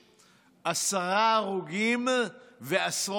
עשרה הרוגים ועשרות פצועים.